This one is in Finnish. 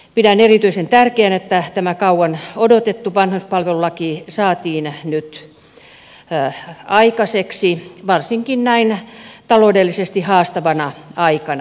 pidän erityisen tärkeänä että tämä kauan odotettu vanhuspalvelulaki saatiin nyt aikaiseksi varsinkin näin taloudellisesti haastavana aikana